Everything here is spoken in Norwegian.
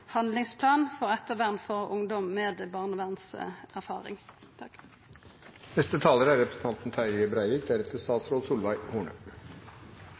handlingsplan for ettervern for ungdom med barnevernserfaring,